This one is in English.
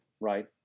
right